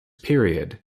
period